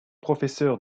professeur